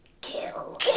kill